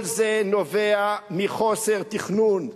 כל זה נובע מחוסר תכנון,